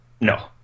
No